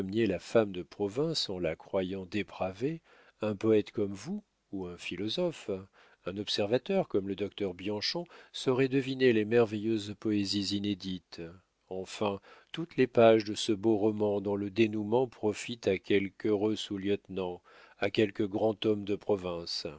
la femme de province en la croyant dépravée un poète comme vous ou un philosophe un observateur comme le docteur bianchon sauraient deviner les merveilleuses poésies inédites enfin toutes les pages de ce beau roman dont le dénoûment profite à quelque heureux sous-lieutenant à quelque grand homme de province